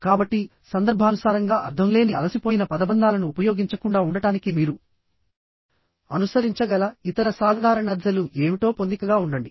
కాబట్టి సందర్భానుసారంగా అర్థం లేని అలసిపోయిన పదబంధాలను ఉపయోగించకుండా ఉండటానికి మీరు అనుసరించగల ఇతర సాధారణ దశలు ఏమిటో పొందికగా ఉండండి